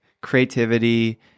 creativity